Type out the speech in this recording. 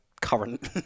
current